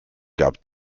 gab